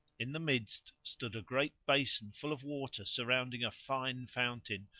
in the midst stood a great basin full of water surrounding a fine fountain,